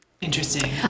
Interesting